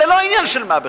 זה לא עניין של מה בכך.